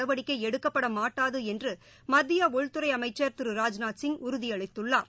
நடவடிக்கைஎடுக்கப்படமாட்டாதுஎன்றுமத்தியஉள்துறைஅமைச்சா் ராஜ்நாத்சிங் திரு உறுதிளித்துள்ளார்